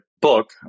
book